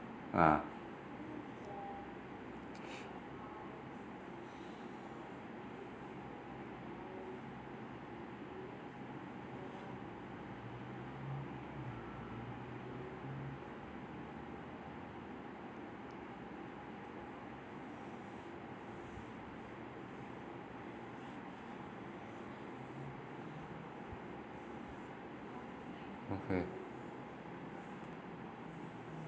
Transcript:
ah okay